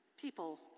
People